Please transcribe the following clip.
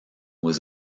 was